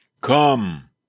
Come